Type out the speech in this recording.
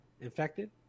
infected